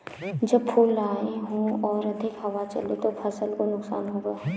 जब फूल आए हों और अधिक हवा चले तो फसल को नुकसान होगा?